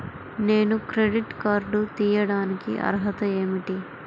నేను credit card తీయడానికి అర్హత ఏమిటి?